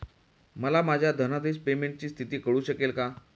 मला माझ्या धनादेश पेमेंटची स्थिती कळू शकते का?